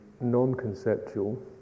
non-conceptual